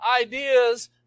ideas